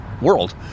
world